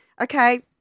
okay